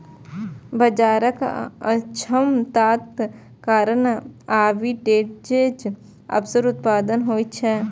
बाजारक अक्षमताक कारण आर्बिट्रेजक अवसर उत्पन्न होइ छै